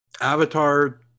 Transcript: Avatar